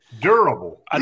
Durable